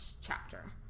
chapter